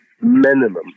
minimum